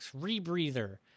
rebreather